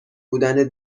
بودن